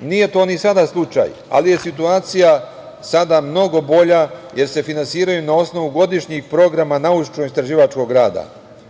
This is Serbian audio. Nije to ni sada slučaj, ali je situacija sada mnogo bolja, jer se finansiraju na osnovu godišnjih programa naučno-istraživačkog